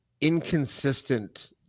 inconsistent